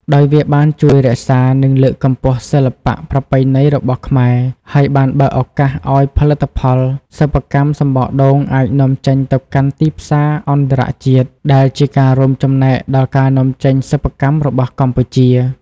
ដោយវាបានជួយរក្សា និងលើកកម្ពស់សិល្បៈប្រពៃណីរបស់ខ្មែរ ហើយបានបើកឱកាសឲ្យផលិតផលសិប្បកម្មសំបកដូងអាចនាំចេញទៅកាន់ទីផ្សារអន្តរជាតិ ដែលជាការរួមចំណែកដល់ការនាំចេញសិប្បកម្មរបស់កម្ពុជា។